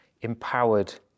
empowered